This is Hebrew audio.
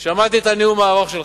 שמעתי את הנאום הארוך שלך.